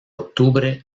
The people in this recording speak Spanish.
octubre